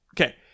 Okay